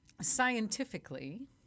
scientifically